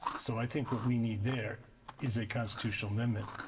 so i think what we need there is a constitutional amendment.